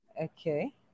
Okay